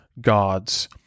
gods